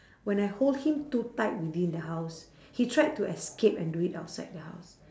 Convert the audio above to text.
when I hold him too tight within the house he tried to escape and do it outside the house